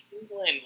england